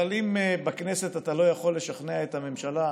אבל אם בכנסת אתה לא יכול לשכנע את הממשלה,